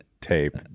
tape